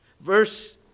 verse